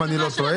אם אני לא טועה.